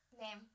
Name